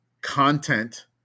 content